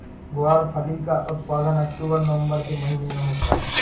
ग्वारफली का उत्पादन अक्टूबर नवंबर के महीने में होता है